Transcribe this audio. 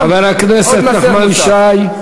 חבר הכנסת נחמן שי.